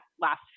last